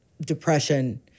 depression